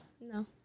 No